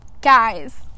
guys